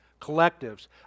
Collectives